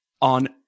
on